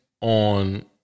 on